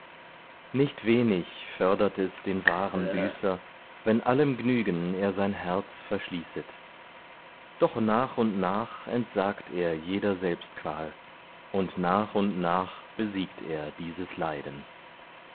nicht wenig fördert es den wahren büßer wenn allem gnügen er sein herz verschließet doch nach und nach entsagt er jeder selbstqual und nach und nach besiegt er dieses leiden